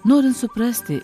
norint suprasti